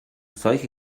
solche